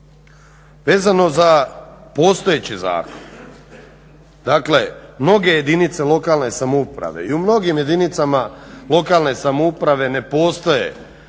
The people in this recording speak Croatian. Vezano za postojeći zakon dakle mnoge jedinice lokalne samouprave i u mnogim jedinicama lokalne samouprave ne postoje